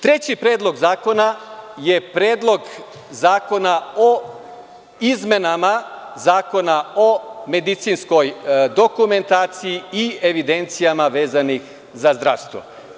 Treći predlog zakona je Predlog zakona o izmenama Zakona o medicinskoj dokumentaciji i evidencijama vezanih za zdravstvo.